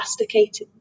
elasticated